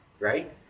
right